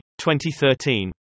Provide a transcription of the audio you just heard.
2013